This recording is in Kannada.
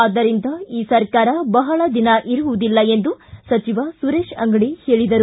ಆದ್ದರಿಂದ ಈ ಸರ್ಕಾರ ಬಹಳ ದಿನ ಇರುವುದಿಲ್ಲ ಎಂದು ಸಚಿವ ಸುರೇಶ ಅಂಗಡಿ ಹೇಳಿದರು